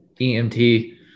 EMT